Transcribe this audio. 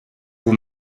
vous